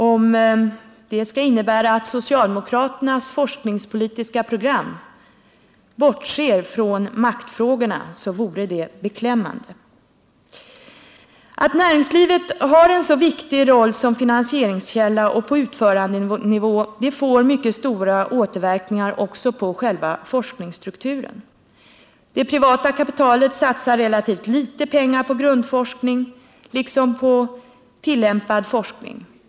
Om det skulle innebära att socialdemokraternas forskningspolitiska program bortser från maktfrågorna vore det beklämmande. Att näringslivet har en så viktig roll som finansieringskälla och på utförandenivå får mycket stora återverkningar också på själva forskningsstrukturen. Det privata kapitalet satsar relativt litet pengar på grundforskning liksom på tillämpad forskning.